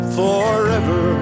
forever